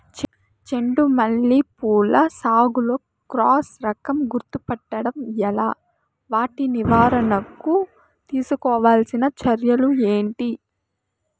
చెండు మల్లి పూల సాగులో క్రాస్ రకం గుర్తుపట్టడం ఎలా? వాటి నివారణకు తీసుకోవాల్సిన చర్యలు ఏంటి?